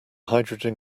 hydrogen